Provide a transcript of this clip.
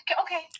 Okay